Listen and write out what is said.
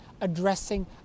addressing